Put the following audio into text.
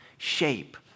Shape